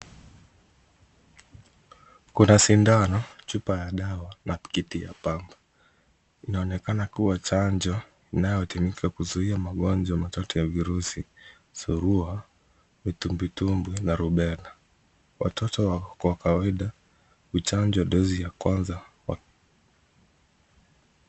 Kuna sindano, chupa ya dawa, na tikiti ya pamba, inaonekana kuwa chanjo inayotumika kuzuia magonjwa matatu ya virusi: surua, vitumbwi, tumbwi, na rubela. Watoto wako kwa kawaida huchanjwa dozi ya kwanza.